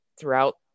throughout